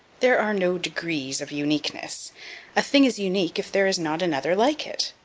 there are no degrees of uniqueness a thing is unique if there is not another like it.